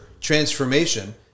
transformation